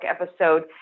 episode